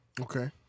Okay